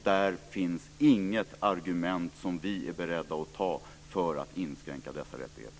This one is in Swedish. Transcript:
Det finns inget argument som vi är beredda att acceptera för att inskränka dessa rättigheter.